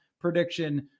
prediction